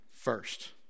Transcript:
first